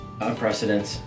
unprecedented